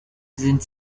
sind